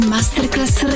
Masterclass